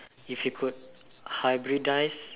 if you could hybridize